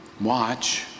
watch